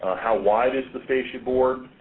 ah how wide is the fascia board?